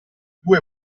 due